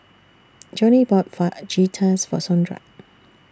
Joanie bought Fajitas For Sondra